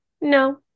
No